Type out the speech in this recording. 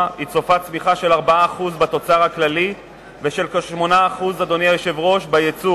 היא צופה צמיחה של 4% בתוצר הכללי ושל כ-8% ביצוא.